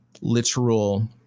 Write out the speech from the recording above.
literal